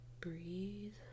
breathe